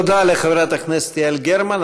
תודה לחברת הכנסת יעל גרמן.